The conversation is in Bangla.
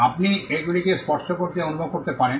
আপনি এগুলিকে স্পর্শ করতে এবং অনুভব করতে পারেন